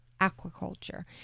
aquaculture